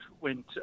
Went